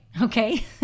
Okay